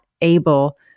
able